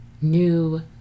new